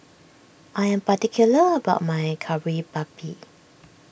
I am particular about my Kari Babi